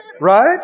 right